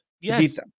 Yes